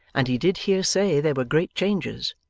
and he did hear say there were great changes.